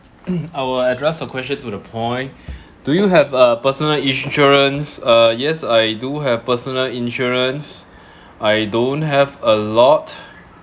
I will address the question to the point do you have a personal insurance uh yes I do have personal insurance I don't have a lot